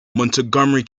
montgomery